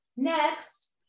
Next